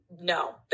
no